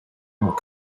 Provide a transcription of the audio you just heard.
not